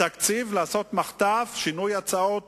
בתקציב, לעשות מחטף, שינוי, הצעות